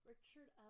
Richard